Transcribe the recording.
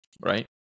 right